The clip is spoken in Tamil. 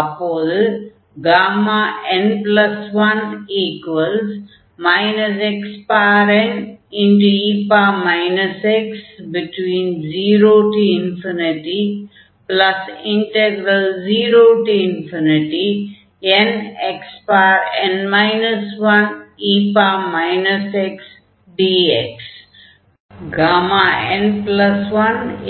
அப்போது n1 xne x |00nxn 1e